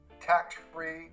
tax-free